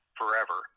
forever